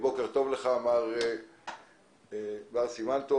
בוקר טוב לך, מר סימן טוב.